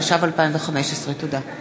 התשע"ו 2015. תודה.